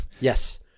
Yes